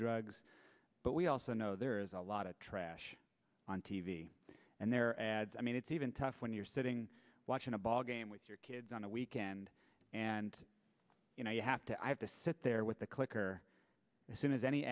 drugs but we also know there is a lot of trash on t v and their ads i mean it's even tough when you're sitting watching a ballgame with your kids on a weekend and you know you have to i have to sit there with the clicker as soon as any